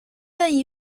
任意